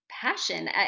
passion